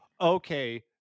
Okay